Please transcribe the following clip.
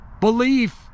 belief